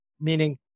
Meaning